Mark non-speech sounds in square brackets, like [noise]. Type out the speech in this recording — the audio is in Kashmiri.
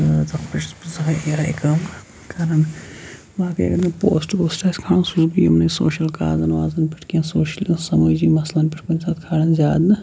تہٕ تَتھ پٮ۪ٹھ چھُس بہٕ [unintelligible] کٲم کَران باقٕے اگر مےٚ پوسٹ ووسٹہٕ آسہِ کھالُن سُہ چھُس بہٕ یِمنٕے سوشَل کازَن وازَن پٮ۪ٹھ کینٛہہ سوشَل سمٲجی مثلاً پٮ۪ٹھ کُنہِ ساتہٕ کھالان زیادٕ نہٕ